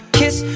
kiss